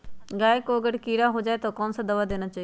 गाय को अगर कीड़ा हो जाय तो कौन सा दवा देना चाहिए?